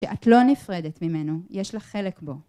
שאת לא נפרדת ממנו, יש לך חלק בו.